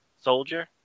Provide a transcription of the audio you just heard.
Soldier